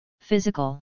Physical